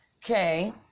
Okay